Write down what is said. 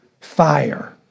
fire